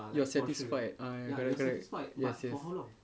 you're satisfied ah ya correct correct yes yes